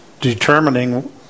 determining